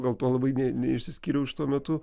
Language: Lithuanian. gal tuo labai ne neišsiskyriau iš tuo metu